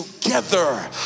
together